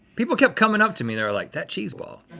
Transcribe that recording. people kept coming up to me, they were like, that cheese ball.